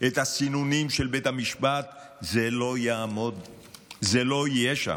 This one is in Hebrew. את הסינונים של בית המשפט זה לא יהיה שם.